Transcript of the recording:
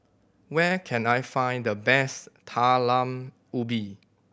where can I find the best Talam Ubi